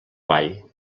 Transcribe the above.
vall